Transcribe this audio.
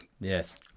Yes